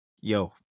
Yo